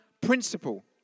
principle